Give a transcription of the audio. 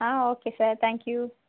ah okay sir thank you